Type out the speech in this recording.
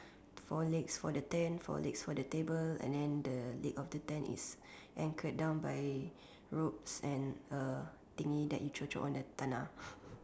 four legs for the tent four legs for the table and then the leg of the tent is anchored down by ropes and a thingy that you cocok on the tanah